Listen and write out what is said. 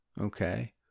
okay